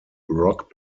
rock